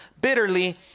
bitterly